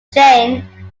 jane